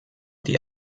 die